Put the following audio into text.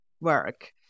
work